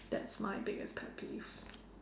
that's my biggest pet peeve